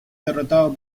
derrotado